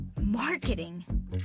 Marketing